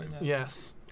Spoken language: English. Yes